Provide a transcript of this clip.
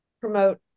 promote